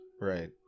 Right